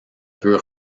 peut